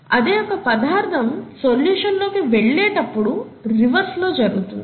అదే ఒక పదార్ధం సొల్యూషన్ లోకి వెళ్ళేటప్పుడు రివర్స్ లో జరుగుతుంది